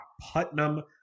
Putnam